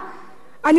אני רוצה לשאול,